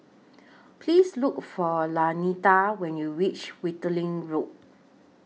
Please Look For Lanita when YOU REACH Wittering Road